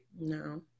No